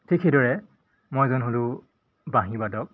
ঠিক সেইদৰে মই এজন হ'লোঁ বাঁহীবাদক